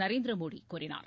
நரேந்திர மோடி கூறினார்